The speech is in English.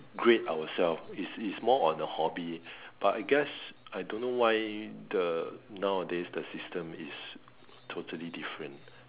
grade ourself is is more on a hobby but I guess I don't know why the nowadays the system is totally different